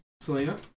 Selena